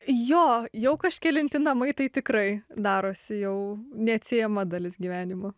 jo jau kažkelinti namai tai tikrai darosi jau neatsiejama dalis gyvenimo